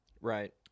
Right